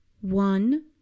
one